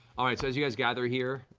all right as you guys gather here,